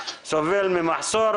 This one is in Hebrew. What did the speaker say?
סובל ממחסור.